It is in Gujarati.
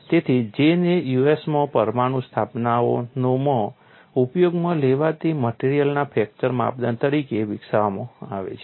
તેથી J ને US માં પરમાણુ સ્થાપનોમાં ઉપયોગમાં લેવાતી મટેરીઅલના ફ્રેક્ચર માપદંડ તરીકે વિકસાવવામાં આવે છે